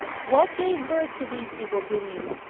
what gave birth to these evil doings,